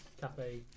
cafe